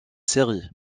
série